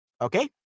Okay